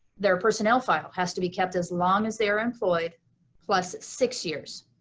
their personnel file has to be kept as long as they're employed plus six years.